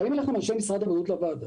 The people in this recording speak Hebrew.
באים אנשי משרד הבריאות לוועדה